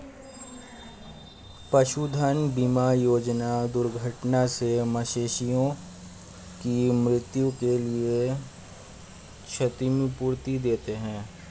पशुधन बीमा योजना दुर्घटना से मवेशियों की मृत्यु के लिए क्षतिपूर्ति देती है